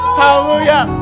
hallelujah